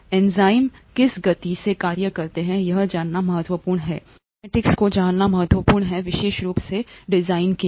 enzyme किस गति से कार्य करते हैं यह जानना महत्वपूर्ण है कैनेटीक्स को जानना महत्वपूर्ण है विशेष रूप से डिजाइन के लिए